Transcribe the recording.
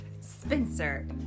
Spencer